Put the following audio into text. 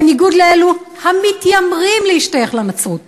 בניגוד לאלו המתיימרים להשתייך לנצרות.